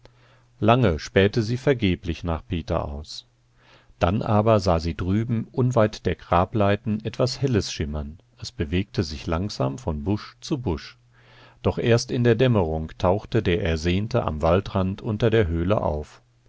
lange spähte sie vergeblich nach peter aus dann aber sah sie drüben unweit der grableiten etwas helles schimmern es bewegte sich langsam von busch zu busch doch erst in der dämmerung tauchte der ersehnte am waldrand unter der höhle auf